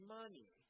money